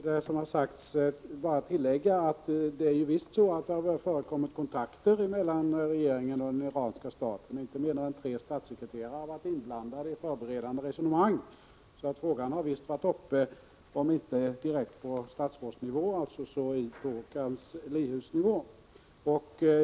Herr talman! Jag vill till det som har sagts bara göra ett kort tillägg. Visst har det förekommit kontakter mellan regeringen och den iranska staten! Inte mindre än tre statssekreterare har varit inblandade i förberedande resonemang. Frågan har alltså behandlats, om inte direkt på statsrådsnivå, så på kanslihusnivå.